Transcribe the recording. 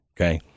okay